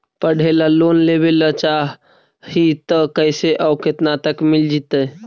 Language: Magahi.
पढ़े ल लोन लेबे ल चाह ही त कैसे औ केतना तक मिल जितै?